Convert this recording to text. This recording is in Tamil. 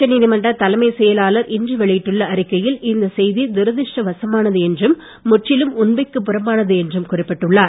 உச்ச நீதிமன்ற தலைமை செயலாளர் இன்று வெளியிட்டுள்ள அறிக்கையில் இந்த செய்தி துரதிருஷ்ட வசமானது என்றும் முற்றிலும் உண்மைக்கு புறம்பானது என்றும் குறிப்பிட்டுள்ளர்